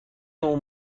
اون